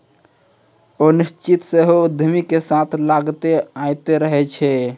अनिश्चितता सेहो उद्यमिता के साथे लागले अयतें रहै छै